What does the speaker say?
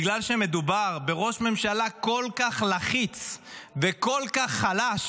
בגלל שמדובר בראש ממשלה כל כך לחיץ וכל כך חלש,